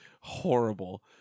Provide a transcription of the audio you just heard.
horrible